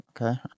Okay